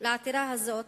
על העתירה הזאת